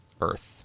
Earth